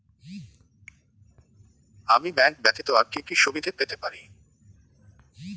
আমি ব্যাংক ব্যথিত আর কি কি সুবিধে পেতে পারি?